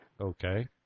Okay